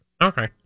Okay